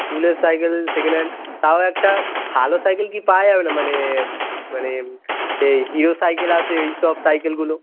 স্কুলের cycle second hand তাও একটা ভালো সাইকেল কি পাওয়া যাবে না মানে মানে সেই হিরো সাইকেল আসে এই সব সাইকেলগুলো